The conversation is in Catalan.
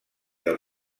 del